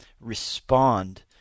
respond